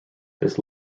this